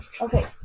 Okay